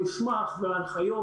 המסמך וההנחיות.